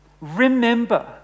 remember